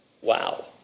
Wow